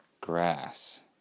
grass